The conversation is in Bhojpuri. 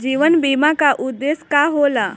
जीवन बीमा का उदेस्य का होला?